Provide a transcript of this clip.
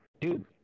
dude